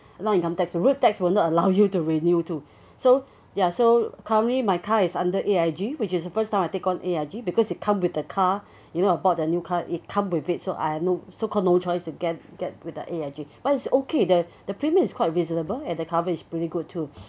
not income tax road tax will not allow you to renew too so ya so currently my car is under A_I_G which is the first time I take on A_I_G because they come with a car you know about their new card it come with it so I have no so called no choice to get get with A_I_G but was okay the the premise is quite reasonable and the cover is pretty good too